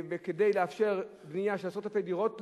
כדי לאפשר בנייה של עשרות אלפי דירות,